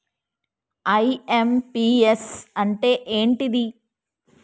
IMPS అంటే ఏంటిది?